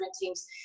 teams